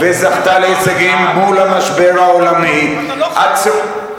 וזכתה להישגים מול המשבר העולמי, אתה לא חי פה.